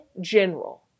general